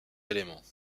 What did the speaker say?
éléments